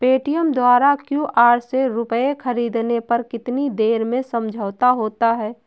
Paytm द्वारा QR से रूपए ख़रीदने पर कितनी देर में समझौता होता है?